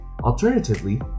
Alternatively